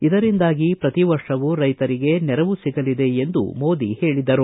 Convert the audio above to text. ಇದರಿಂದಾಗಿ ಪ್ರತಿ ವರ್ಷವೂ ರೈತರಿಗೆ ನೆರವು ಸಿಗಲಿದೆ ಎಂದು ಮೋದಿ ಹೇಳಿದರು